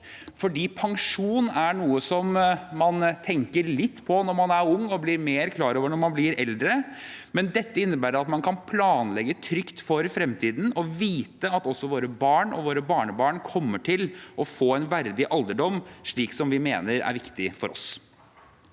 pensjon er noe som man tenker litt på når man er ung og blir mer klar over når man blir eldre, men dette innebærer at man kan planlegge trygt for fremtiden og vite at også våre barn og barnebarn kommer til å få en verdig alderdom – slik som vi mener er viktig for oss.